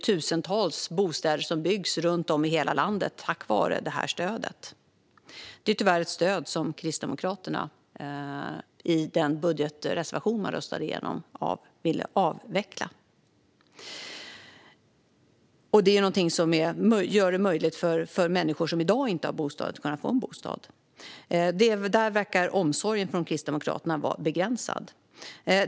Tusentals bostäder byggs nu runt om i hela landet tack vare stödet. Tyvärr vill Kristdemokraterna avveckla det i den budgetreservation man röstade igenom. Stödet gör det möjligt för människor som i dag inte har någon bostad att få en. Där verkar omsorgen från Kristdemokraterna vara begränsad.